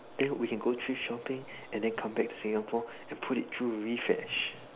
then we can go thrift shopping and then come back to Singapore and put it through refash